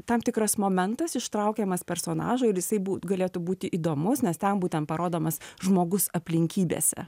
tam tikras momentas ištraukiamas personažo ir jisai bū galėtų būti įdomus nes ten būten parodomas žmogus aplinkybėse